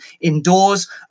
indoors